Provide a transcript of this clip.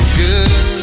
good